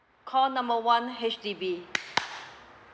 call number one H_D_B